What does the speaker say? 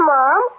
Mom